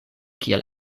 kiel